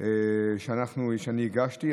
שאני הגשתי,